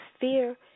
Fear